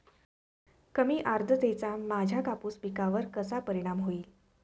कमी आर्द्रतेचा माझ्या कापूस पिकावर कसा परिणाम होईल?